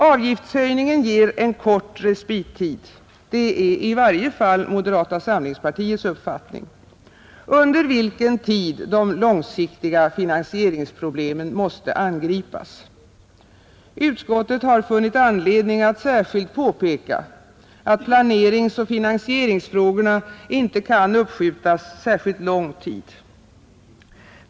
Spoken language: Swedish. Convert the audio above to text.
Avgiftshöjningen ger en kort respittid — det är i varje fall moderata samlingspartiets uppfattning — under vilken tid de långsiktiga finansieringsproblemen måste angripas. Utskottet har funnit anledning att särskilt påpeka att planeringsoch finansieringsfrågorna inte kan uppskjutas särskilt lång tid.